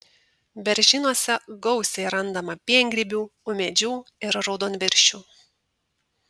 beržynuose gausiai randama piengrybių ūmėdžių ir raudonviršių